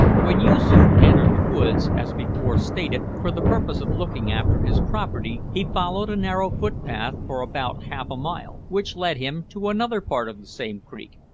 when yoosoof entered the woods, as before stated, for the purpose of looking after his property, he followed a narrow footpath for about half a mile, which led him to another part of the same creek,